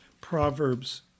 Proverbs